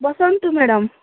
ବସନ୍ତୁ ମ୍ୟାଡ଼ାମ୍